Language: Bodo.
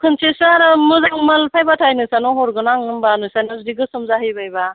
खोनसेसो आरो मोजां माल फायब्लाथाय नोंस्रानाव हरगोन आं होमब्ला नोंस्रानाव जुदि गोसोम जाहैबायब्ला